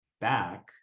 back